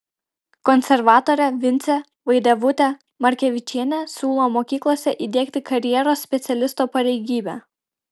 konservatorė vincė vaidevutė markevičienė siūlo mokyklose įdiegti karjeros specialisto pareigybę